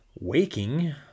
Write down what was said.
waking